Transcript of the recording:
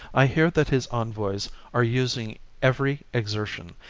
i hear that his envoys are using every exertion,